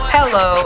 Hello